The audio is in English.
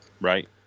right